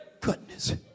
goodness